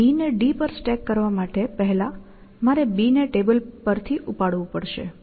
B ને D પર stack કરવા માટે પેહલા મારે B ને ટેબલ પર થી ઉપાડવું પડશે એટલે PickUp